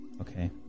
Okay